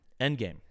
Endgame